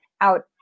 out